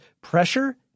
pressure